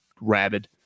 rabid